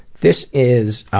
this is